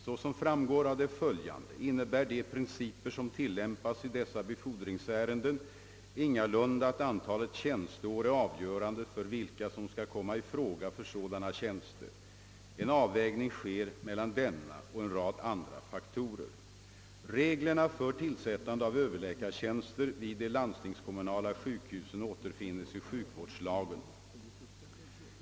Såsom framgår av det följande inne bär de principer som tillämpas i dessa befordringsärenden ingalunda att antalet tjänsteår är avgörande för vilka som skall komma i fråga för sådana tjänster. En avvägning sker mellan denna och en rad andra faktorer. Reglerna för tillsättande av överläkartjänster vid de landstingskommunala sjukhusen återfinns i sjukvårdslagen.